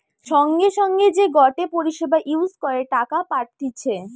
সঙ্গে সঙ্গে যে গটে পরিষেবা ইউজ করে টাকা পাঠতিছে